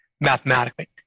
mathematically